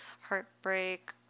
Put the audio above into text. Heartbreak